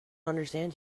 understand